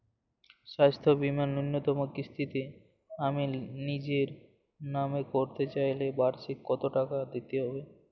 স্বাস্থ্য বীমার ন্যুনতম কিস্তিতে আমি নিজের নামে করতে চাইলে বার্ষিক কত টাকা দিতে হবে?